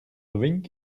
wink